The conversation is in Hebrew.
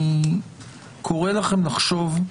אני קורא לכם לחשוב,